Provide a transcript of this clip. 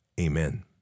amen